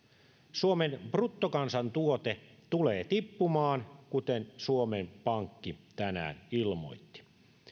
suomen bruttokansantuote tulee tippumaan kuten suomen pankki tänään ilmoitti